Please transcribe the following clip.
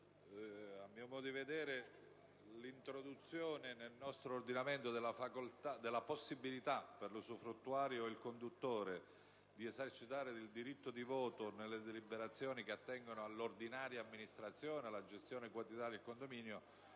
a mio modo di vedere l'introduzione nel nostro ordinamento della possibilità per l'usufruttuario e il conduttore di esercitare il diritto di voto nelle deliberazioni che attengono all'ordinaria amministrazione, alla gestione quotidiana del condominio,